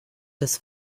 des